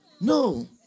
No